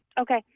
Okay